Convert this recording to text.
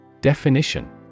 Definition